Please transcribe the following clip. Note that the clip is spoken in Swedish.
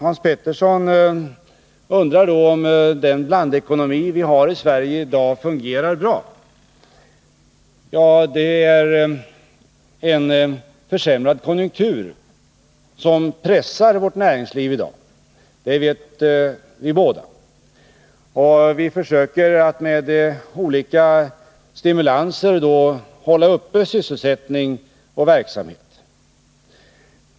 Hans Petersson undrar då om den blandekonomi vi i dag har i Sverige fungerar bra. Det är en försämrad konjunktur som i dag pressar vårt näringsliv — det vet vi båda. Vi försöker då att med olika stimulanser hålla uppe sysselsättning och verksamhet.